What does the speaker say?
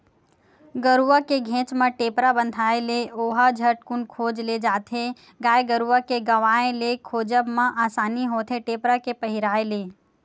गरुवा के घेंच म टेपरा बंधाय ले ओला झटकून खोज ले जाथे गाय गरुवा के गवाय ले खोजब म असानी होथे टेपरा के पहिराय ले